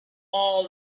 all